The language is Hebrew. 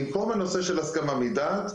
במקום הנושא של הסכמה מדעת,